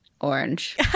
orange